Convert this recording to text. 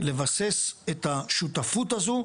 לבסס את השותפות הזו,